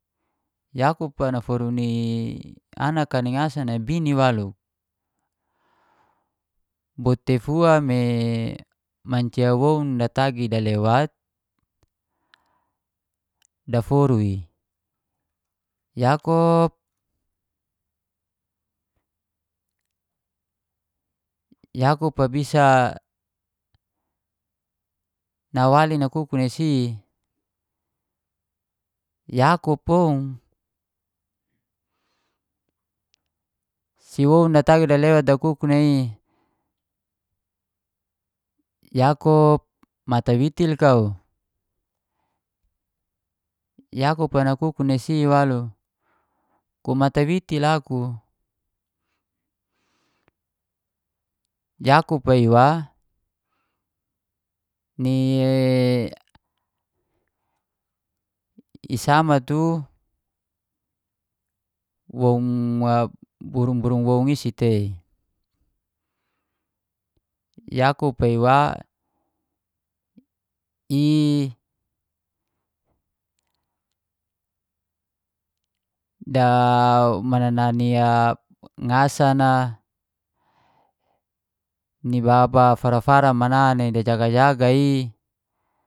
Yakup a naforu ni anak ni ngasan bini waluk. Bo teifua me mancia woun datagi dalewat daforu i yakup. Yakup a bisa nawali nai kuk nai si yakup woun, si woun datagi dalewat dakuk nai i yakup matawitil kau? Yakup nakuk nai si waluk, ku matawitil aku. Yaqup a iwa ni i sama tu woun burung-burung woun is tei. Yakup iwa i da mana na ia ngasan a, ni baba fara-fara mana nai dajaga-jaga i